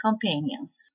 companions